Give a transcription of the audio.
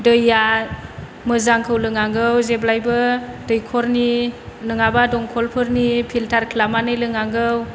दैया मोजांखौ लोंनांगौ जेब्लायबो दैखरनि नङाबा दमकलफोरनि फिल्टार खालामना लोंनांगौ